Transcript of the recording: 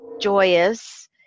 joyous